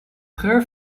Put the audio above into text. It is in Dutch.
geur